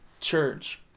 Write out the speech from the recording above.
Church